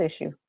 issue